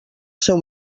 seu